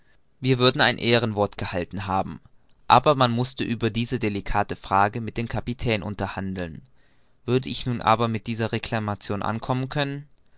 wir würden ein ehrenwort gehalten haben aber man mußte über diese delicate frage mit dem kapitän unterhandeln würde ich nun aber mit dieser reclamation ankommen können